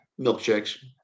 milkshakes